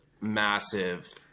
massive